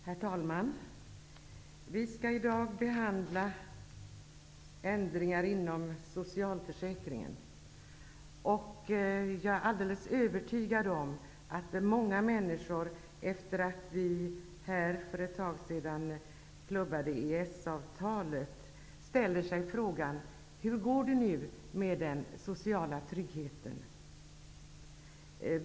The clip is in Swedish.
Herr talman! Vi skall i dag behandla ändringar inom socialförsäkringen. Jag är alldeles övertygad om att många människor, efter det att vi här för ett tag sedan röstade för ett EES-avtal, ställer sig frågan: Hur blir det nu med den sociala tryggheten?